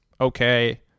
okay